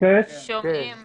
האחוזים